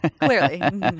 Clearly